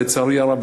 לצערי הרב,